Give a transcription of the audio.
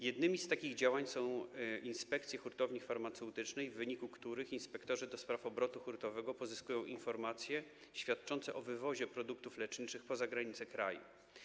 Jednymi z takich działań są działania inspekcji hurtowni farmaceutycznych, w wyniku których inspektorzy do spraw obrotu hurtowego pozyskują informacje świadczące o wywozie produktów leczniczych poza granice kraju.